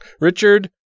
Richard-